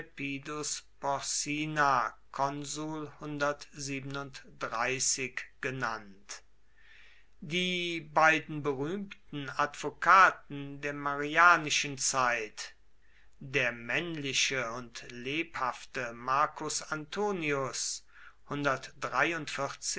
genannt die beiden berühmten advokaten der marianischen zeit der männliche und lebhafte marcus antonius